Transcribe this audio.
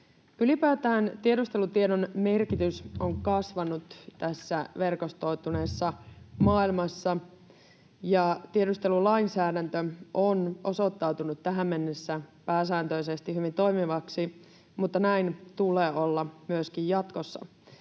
Ylipäätään tiedustelutiedon merkitys on kasvanut tässä verkostoituneessa maailmassa. Tiedustelulainsäädäntö on osoittautunut tähän mennessä pääsääntöisesti hyvin toimivaksi, mutta näin tulee olla myöskin jatkossa.